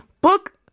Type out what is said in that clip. book